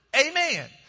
Amen